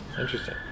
Interesting